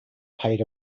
paid